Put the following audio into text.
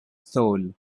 soul